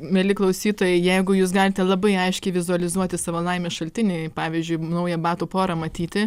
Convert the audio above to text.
mieli klausytojai jeigu jūs galite labai aiškiai vizualizuoti savo laimės šaltinį pavyzdžiui naują batų porą matyti